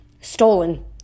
Stolen